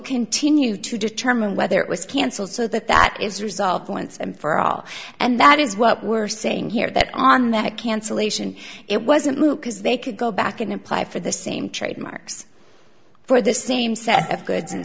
continue to determine whether it was cancelled so that that is resolved once and for all and that is what we're saying here that on that cancellation it wasn't moot because they could go back and apply for the same trademarks for the same set of goods and